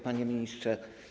Panie Ministrze!